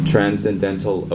Transcendental